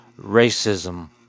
racism